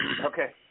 Okay